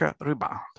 rebound